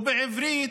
ובעברית,